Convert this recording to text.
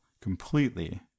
completely